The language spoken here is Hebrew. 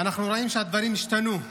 אנחנו רואים שהדברים השתנו,